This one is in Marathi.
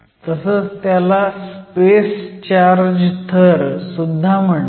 तसंच त्याला स्पेस चार्ज थर सुद्धा म्हणतात